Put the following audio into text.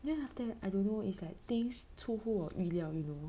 then after that I don't know it's like things 出乎我意料 you know